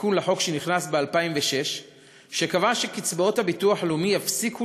תיקון לחוק שנכנס ב-2006 קבע שקצבאות הביטוח הלאומי יפסיקו